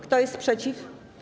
Kto jest przeciw?